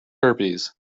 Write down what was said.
herpes